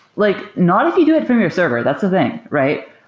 like not if you do it from your server. that's the thing, right?